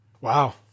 Wow